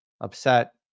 upset